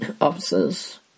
officers